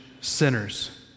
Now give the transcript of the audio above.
sinners